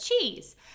cheese